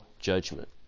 judgment